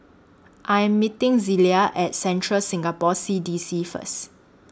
I Am meeting Zelia At Central Singapore C D C First